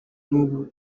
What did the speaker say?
n’ubu